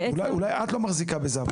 אולי את לא מחזיקה בזה,